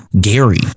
Gary